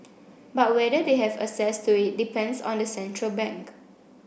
but whether they have access to it depends on the central bank